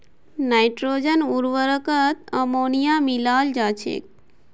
nitrogen उर्वरकत ammonia मिलाल जा छेक